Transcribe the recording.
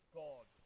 god